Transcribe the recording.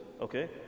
Okay